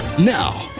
Now